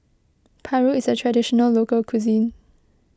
Paru is a Traditional Local Cuisine